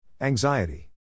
Anxiety